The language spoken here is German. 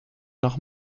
noch